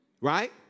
right